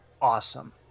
awesome